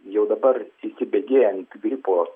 jau dabar įsibėgėjant gripo